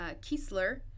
Kiesler